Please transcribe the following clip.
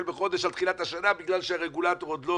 בחודש על תחילת השנה בגלל שהרגולטור עוד לא